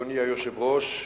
אדוני היושב-ראש,